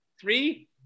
Three